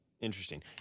Interesting